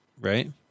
right